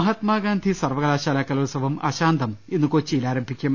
മഹാത്മാഗാന്ധി സർവ്വകലാശാല കലോത്സവം അശാന്തം ഇന്ന് കൊച്ചിയിൽ ആരംഭിക്കും